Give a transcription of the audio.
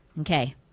okay